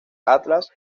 atlas